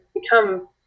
become